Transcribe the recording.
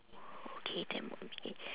K ten more minute